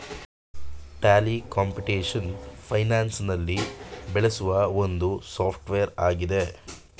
Tally computation finance ನಲ್ಲಿ ಬೆಳೆಸುವ ಒಂದು ಸಾಫ್ಟ್ವೇರ್ ಆಗಿದೆ